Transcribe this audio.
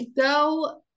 go